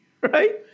Right